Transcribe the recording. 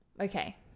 Okay